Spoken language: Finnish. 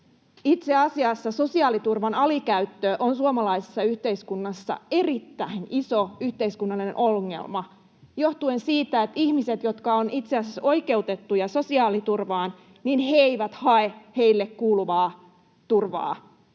itse asiassa sosiaaliturvan alikäyttö on suomalaisessa yhteiskunnassa erittäin iso yhteiskunnallinen ongelma johtuen siitä, että ihmiset, jotka ovat itse asiassa oikeutettuja sosiaaliturvaan, eivät hae heille kuuluvaa turvaa